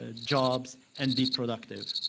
ah jobs and be productive.